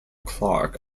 clarke